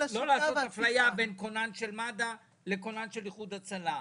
בלי לעשות אפליה בין כונן של מד"א לכונן של איחוד הצלה.